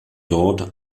dort